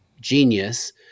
genius